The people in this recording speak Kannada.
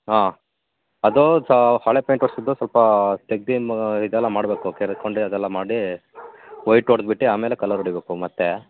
ಹಾಂ ಅದು ಸಾ ಹಳೆ ಪೇಂಟ್ ಹೊಡಿಸಿದ್ದು ಇದು ಸ್ವಲ್ಪ ತೆಗ್ದು ಮ ಇದೆಲ್ಲ ಮಾಡಬೇಕು ಕೆರ್ಕೊಂಡು ಅದೆಲ್ಲ ಮಾಡಿ ವೈಟ್ ಹೊಡ್ದ್ ಬಿಟ್ಟು ಆಮೇಲೆ ಕಲರ್ ಹೊಡಿಬೇಕು ಮತ್ತೇ